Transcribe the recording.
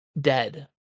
dead